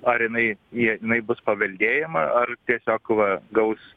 ar jinai jinai bus paveldėjama ar tiesiog va gaus